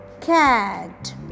Cat